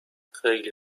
خیلی